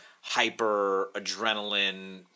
hyper-adrenaline